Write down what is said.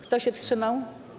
Kto się wstrzymał?